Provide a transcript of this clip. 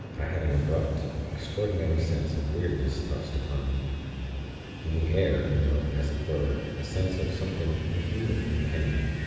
i had an abrupt, extraordinary sense of weirdness thrust upon me in the air, you know as it were, a sense of something inhuman impending.